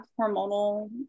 hormonal